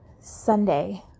Sunday